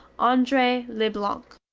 andree leblanc.